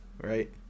right